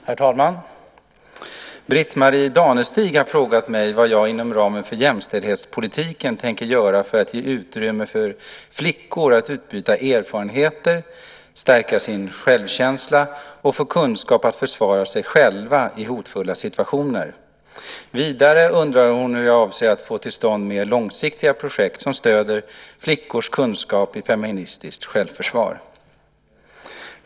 Herr talman! Britt-Marie Danestig har frågat mig vad jag inom ramen för jämställdhetspolitiken tänker göra för att ge utrymme för flickor att utbyta erfarenheter, stärka sin självkänsla och få kunskap att försvara sig själva i hotfulla situationer. Vidare undrar hon hur jag avser att få till stånd mer långsiktiga projekt som stöder flickors kunskap i feministiskt självförsvar.